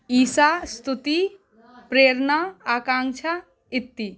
ईशा स्तुति प्रेरणा आकाँक्षा इति